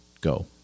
go